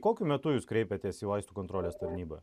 kokiu metu jūs kreipėtės į vaistų kontrolės tarnybą